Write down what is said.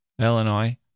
Illinois